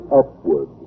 upward